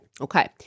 Okay